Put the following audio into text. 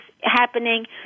happening